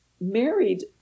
married